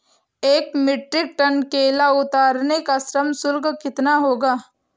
एक metric tonne केला उतारने का श्रम शुल्क कितना होगा?